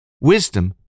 Wisdom